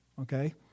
Okay